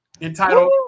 entitled